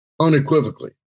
unequivocally